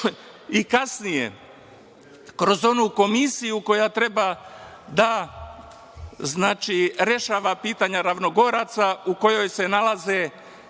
i kasnije kroz onu komisiju koja treba da rešava pitanja Ravnogoraca u kojoj se nalaze